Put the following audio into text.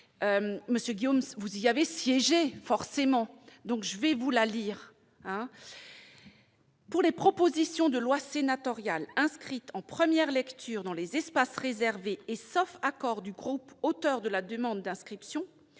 Monsieur Guillaume, vous y avez siégé !« Pour les propositions de loi sénatoriales inscrites en première lecture dans les espaces réservés et sauf accord du groupe auteur de la demande d'inscription